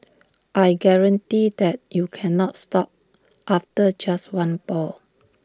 I guarantee that you cannot stop after just one ball